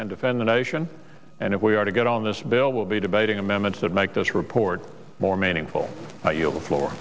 and defend the nation and if we are to get on this bill will be debating amendments that make this report more meaningful